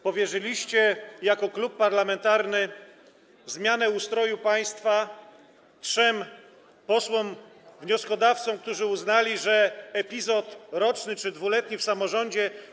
Powierzyliście jako klub parlamentarny zmianę ustroju państwa trzem posłom wnioskodawcom, którzy uznali, że roczny czy 2-letni epizod w samorządzie.